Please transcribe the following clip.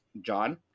John